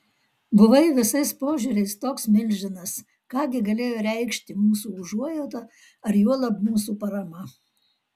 buvai visais požiūriais toks milžinas ką gi galėjo reikšti mūsų užuojauta ar juolab mūsų parama